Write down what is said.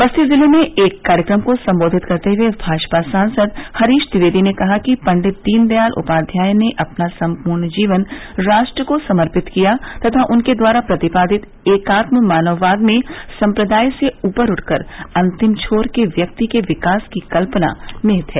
बस्ती जिले में एक कार्यक्रम को संबोधित करते हुए भाजपा सांसद हरीश ट्विवेदी ने कहा कि पंडित दीन दयाल उपाध्याय ने अपना सम्पूर्ण जीवन राष्ट्र को समर्पित किया तथा उनके द्वारा प्रतिपादित एकात्म मानववाद में सम्प्रदाय से ऊपर उठकर अंतिम छोर के व्यक्ति के विकास की कल्पना निहित है